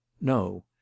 No